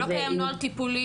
ולא קיים נוהל טיפולי?